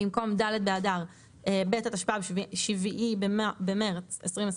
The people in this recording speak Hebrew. במקום "ד' באדר ב' התשפ"ב (7 במרס 2022)"